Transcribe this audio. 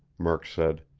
murk said.